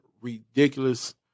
ridiculous